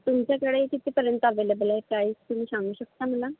तुमच्याकडे कितीपर्यन्त ॲव्हेलेबल आहे प्राईस तुम्ही सांगू शकता मला